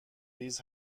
ریز